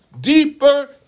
deeper